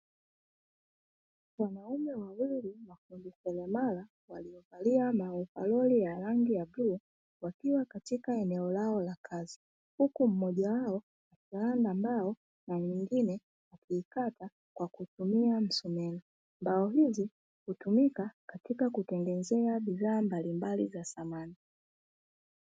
Wanaume wawili mafundi seremala wamevalia maovalori ya rangi ya bluu wakiwa katika eneo lao la kazi, huku mmoja wao anaranda ambao na mwingine anakata kwa kutumia msumeno. Mbao hizi hutumika katika kutengeneza bidhaa mbalimbali za samani.